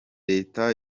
leta